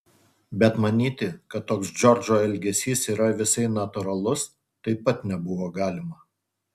bet manyti kad toks džordžo elgesys yra visai natūralus taip pat nebuvo galima